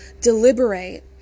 deliberate